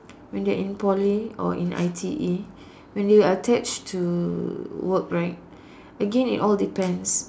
when they are in Poly or in I_T_E when you attach to work right again it all depends